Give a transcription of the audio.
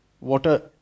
Water